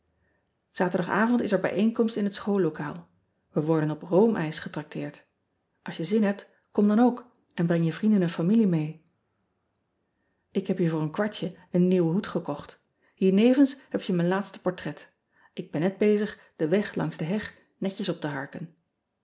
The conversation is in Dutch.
aterdagavond is er bijeenkomst in het schoollokaal e worden op roomijs getracteerd ls je zin hebt kom dan ook en breng je vrienden en familie mee k heb hier voor een kwartje een nieuwen hoed gekocht iernevens heb je mijn laatste portret k ben net bezig den weg langs de heg netjes op te harken